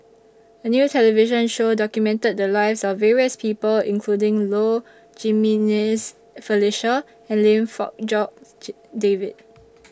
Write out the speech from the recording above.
A New television Show documented The Lives of various People including Low Jimenez Felicia and Lim Fong Jock David